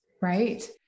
Right